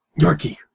Yorkie